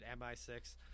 MI6